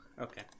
Okay